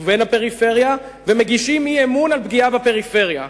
בין הפריפריה, ומגישים אי-אמון על פגיעה בפריפריה.